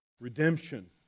Redemption